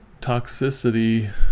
toxicity